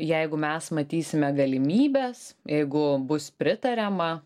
jeigu mes matysime galimybes jeigu bus pritariama